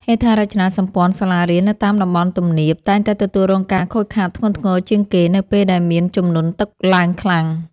ហេដ្ឋារចនាសម្ព័ន្ធសាលារៀននៅតាមតំបន់ទំនាប តែងតែទទួលរងការខូចខាតធ្ងន់ធ្ងរជាងគេ នៅពេលដែលមានជំនន់ទឹកឡើងខ្លាំង។